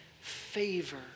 favor